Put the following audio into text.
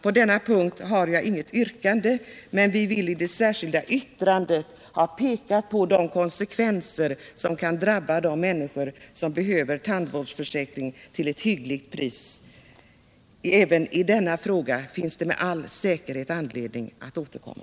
På denna punkt har jag inget yrkande, men vi vill med det särskilda yttrandet ha pekat på de konsekvenser som kan drabba de människor som behöver tandvårdsförsäkring till ett hyggligt pris. Även i denna fråga finns det med all säkerhet anledning att återkomma.